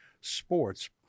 sports